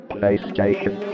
PlayStation